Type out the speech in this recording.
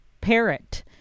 parrot